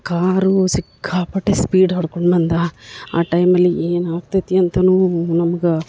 ಕಾರೂ ಸಿಕ್ಕಾಪಟ್ಟೆ ಸ್ಪೀಡ್ ಹೊಡ್ಕೊಂಡು ಬಂದ ಆ ಟೈಮಲ್ಲಿ ಏನು ಆಗ್ತೈತಿ ಅಂತಲೂ ನಮ್ಗೆ